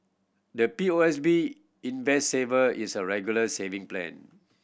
the P O S B Invest Saver is a Regular Saving Plan